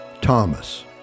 Thomas